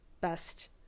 best